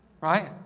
Right